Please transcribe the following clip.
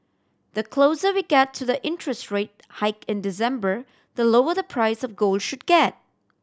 the closer we get to the interest rate hike in December the lower the price of gold should get